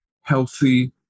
healthy